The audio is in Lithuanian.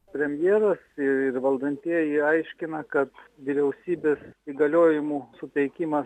premjera ir valdantieji aiškina kad vyriausybės įgaliojimų suteikima